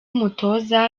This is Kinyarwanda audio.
umutoza